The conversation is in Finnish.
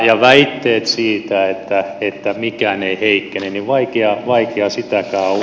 ja väitteitä siitäkään että mikään ei heikkene on vaikea uskoa